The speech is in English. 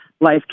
Life